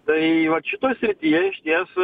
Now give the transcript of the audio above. tai vat šitoj srityje išties